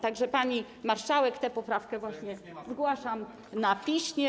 Tak że, pani marszałek, tę poprawkę właśnie zgłaszam na piśmie.